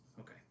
okay